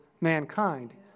mankind